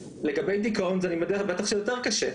לגבי דיכאון אני מניח שזה בטח יותר קשה,